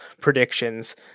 predictions